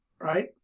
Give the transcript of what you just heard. right